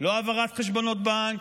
לא העברת חשבונות בנק,